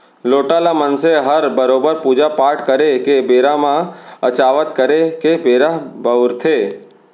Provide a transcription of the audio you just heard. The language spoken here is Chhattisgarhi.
लोटा ल मनसे हर बरोबर पूजा पाट करे के बेरा म अचावन करे के बेरा बउरथे